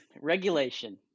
Regulation